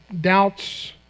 doubts